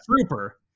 trooper